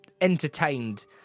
entertained